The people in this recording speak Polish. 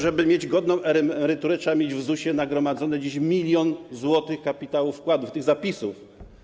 Żeby mieć godną emeryturę, trzeba mieć w ZUS-ie nagromadzony dziś milion złotych kapitału wkładów, tych zapisów.